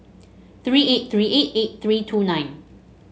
three eight three eight eight three two nine